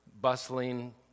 bustling